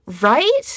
Right